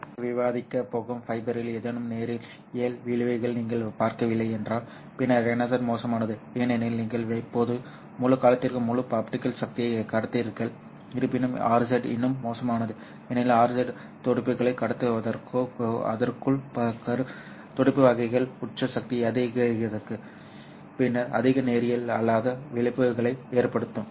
நாங்கள் பின்னர் விவாதிக்கப் போகும் ஃபைபரில் ஏதேனும் நேரியல் விளைவுகளை நீங்கள் பார்க்கவில்லை என்றால் பின்னர் NRZ மோசமானது ஏனெனில் நீங்கள் இப்போது முழு காலத்திற்கும் முழு ஆப்டிகல் சக்தியை கடத்துகிறீர்கள் இருப்பினும் RZ இன்னும் மோசமானது ஏனெனில் RZ துடிப்புகளை கடத்துவதற்கும் அதற்குள் துடிப்பு வகைகள் உச்ச சக்தி அதிகரிக்கிறது பின்னர் அதிக நேரியல் அல்லாத விளைவுகளை ஏற்படுத்தும்